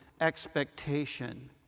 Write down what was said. expectation